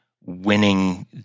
winning